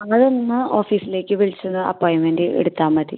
അങ്ങനെ നിന്നാൽ ഓഫീസിലേക്ക് വിളിച്ച് ഒന്ന് അപ്പോയിൻമെൻറ്റ് എടുത്താൽ മതി